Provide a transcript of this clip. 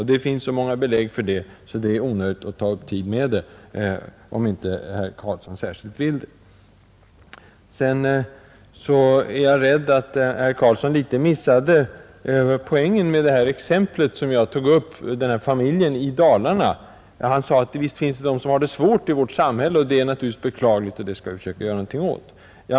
Det finns så många belägg för detta att det är onödigt att ta upp tiden med exempel, om inte herr Karlsson särskilt vill det. Jag är rädd att herr Karlsson missade poängen med det exempel som jag tog, och som gällde den här familjen i Dalarna. Herr Karlsson sade, att visst finns det de som har det svårt i vårt samhälle. Och han menade att det naturligtvis är beklagligt och att vi skall försöka göra någonting åt detta.